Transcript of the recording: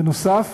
בנוסף,